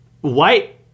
white